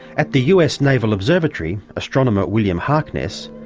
at the us naval observatory, astronomer william harkness,